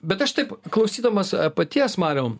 bet aš taip klausydamas paties mariau